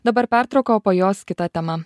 dabar pertrauka o po jos kita tema